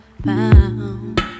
found